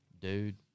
Dude